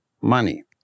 money